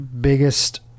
biggest